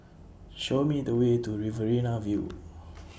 Show Me The Way to Riverina View